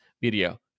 video